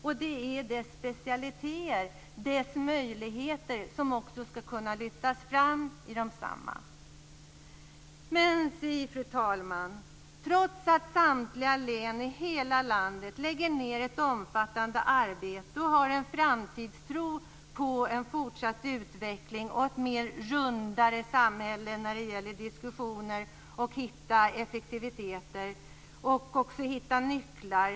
Regionens specialiteter och möjligheter ska också kunna lyftas fram. Fru talman! Samtliga län i hela landet lägger ned ett omfattande arbete och har en framtidstro på en fortsatt utveckling och ett rundare samhälle när det gäller diskussioner och när det gäller att bli effektivare och hitta nycklar.